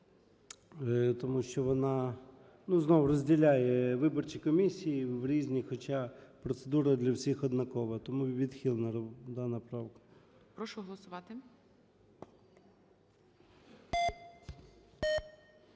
тому що вона, ну, знову розділяє виборчі комісії в різні, хоча процедура для всіх однакова. Тому відхилена дана правка. ГОЛОВУЮЧИЙ. Прошу голосувати.